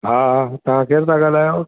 हा तव्हां केर था ॻाल्हायो